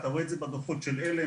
אתה רואה את זה בדו"חות של עלם,